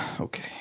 okay